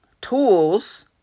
tools